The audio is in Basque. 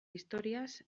historiaz